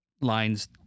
lines